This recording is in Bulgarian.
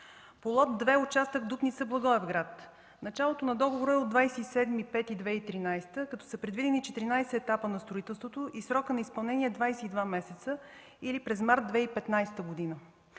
По лот 2, участъка Дупница-Благоевград, началото на договора е от 27 май 2013 г., като са предвидени 14 етапа на строителство със срок на изпълнение 22 месеца или през месец март 2015 г.